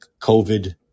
COVID